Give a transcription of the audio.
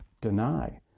deny